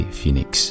Phoenix